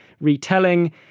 retelling